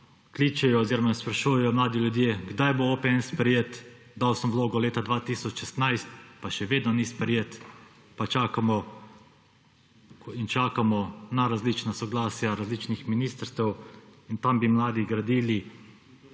kličejo oziroma me sprašujejo mladi ljudje, kdaj bo OPN sprejet, dal sem vlogo leta 2016, pa še vedno ni sprejet pa čakamo in čakamo na različna soglasja različnih ministrstev. Tam bi mladi gradili